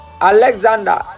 Alexander